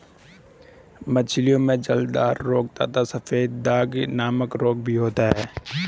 मछलियों में जलोदर रोग तथा सफेद दाग नामक रोग भी होता है